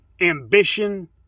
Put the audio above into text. ambition